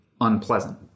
unpleasant